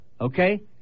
okay